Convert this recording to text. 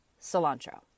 cilantro